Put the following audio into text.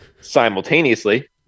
Simultaneously